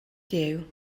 duw